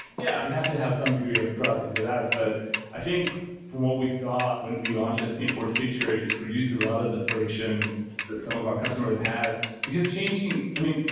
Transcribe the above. yeah. you have to have some degree of trust into that. but i think from what we saw when we launched this import feature, it reduced a lot of the friction some of our customers had. because changing i mean,